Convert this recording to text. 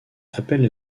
appelle